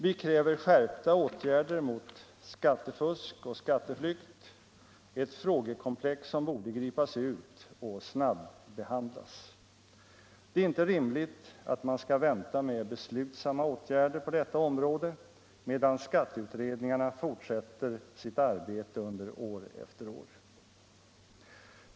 Vi kräver skärpta åtgärder mot skattefusk och skatteflykt, ett frågekomplex som borde gripas ut och snabbehandlas. Det är inte rimligt att man skall vänta med beslutsamma åtgärder på detta område medan skatteutredningarna fortsätter sitt arbete år efter år.